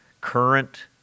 current